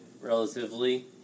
relatively